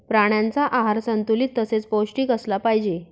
प्राण्यांचा आहार संतुलित तसेच पौष्टिक असला पाहिजे